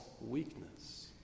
weakness